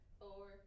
four